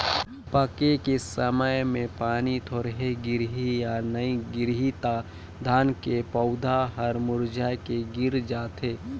पाके के समय मे पानी थोरहे गिरही य नइ गिरही त धान के पउधा हर मुरझाए के गिर जाथे